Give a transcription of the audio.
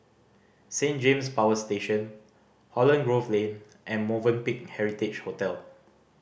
Saint James Power Station Holland Grove Lane and Movenpick Heritage Hotel